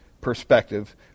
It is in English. perspective